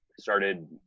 Started